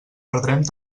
perdrem